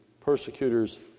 persecutors